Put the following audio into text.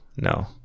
no